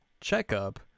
checkup